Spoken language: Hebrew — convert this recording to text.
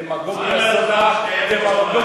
עפר, בניחותא.